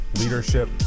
leadership